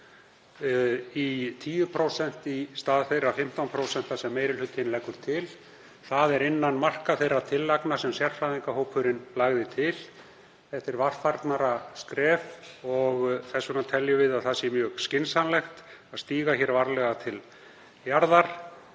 í 10% í stað þeirra 15% sem meiri hlutinn leggur til. Það er innan marka þeirra tillagna sem sérfræðingahópurinn lagði til. Þetta er varfærnara skref og við teljum mjög skynsamlegt að stíga varlega til jarðar.